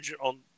on